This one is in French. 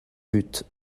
but